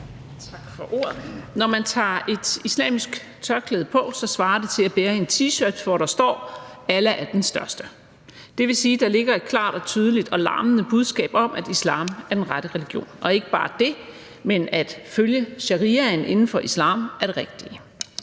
Når man tager et islamisk tørklæde på, svarer det til at bære en T-shirt, hvor der står: Allah er den største. Det vil sige, at der ligger et klart og tydeligt og larmende budskab om, at islam er den rette religion, og ikke bare det, men at det at følge shariaen inden for islam er det rigtige.